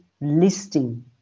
listing